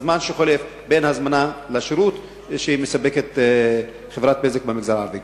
הזמן שחולף בין הזמנה לשירות שמספקת חברת "בזק" במגזר הערבי.